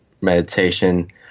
meditation